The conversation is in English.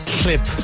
clip